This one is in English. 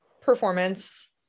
performance